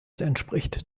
entspricht